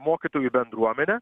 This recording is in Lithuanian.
mokytojų bendruomenę